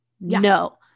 No